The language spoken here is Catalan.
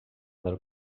del